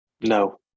No